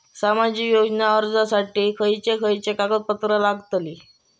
सामाजिक योजना अर्जासाठी खयचे खयचे कागदपत्रा लागतली?